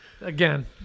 Again